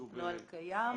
נוהל קיים.